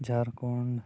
Jharkhand